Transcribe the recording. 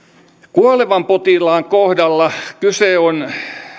kuolevan potilaan kohdalla kyse on